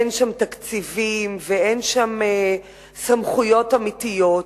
אין שם תקציבים ואין שם סמכויות אמיתיות.